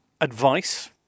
advice